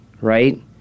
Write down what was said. right